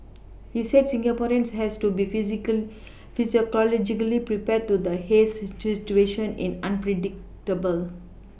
he said Singaporeans had to be physical psychologically prepared to the haze situation is unpredictable